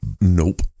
Nope